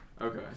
Okay